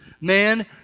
man